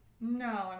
No